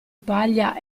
paglia